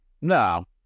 No